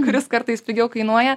kuris kartais pigiau kainuoja